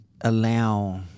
allow